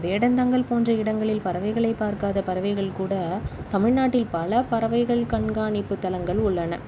வேடந்தாங்கல் போன்ற இடங்களில் பறவைகளை பார்க்காத பறவைகள் கூட தமிழ்நாட்டில் பல பறவைகள் கண்காணிப்பு தலங்கள் உள்ளன